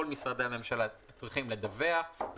כל משרדי הממשלה צריכים לדווח,